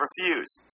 refuse